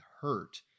hurt